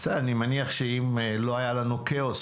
אני מניח שאם לא היה לנו כאוס,